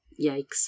Yikes